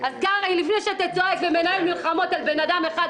אז לפני שאתה צועק ומנהל מלחמות על בן אדם אחד,